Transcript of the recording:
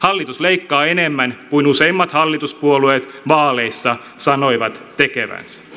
hallitus leikkaa enemmän kuin useimmat hallituspuolueet vaaleissa sanoivat tekevänsä